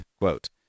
quote